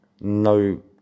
No